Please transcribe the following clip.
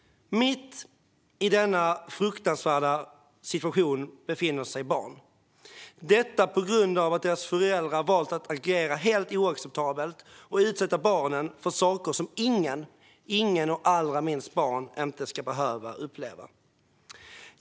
Mitt i denna fruktansvärda situation befinner sig barn, detta på grund av att deras föräldrar valt att agera helt oacceptabelt och utsätta barnen för saker som ingen, allra minst barn, ska behöva uppleva.